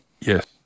Yes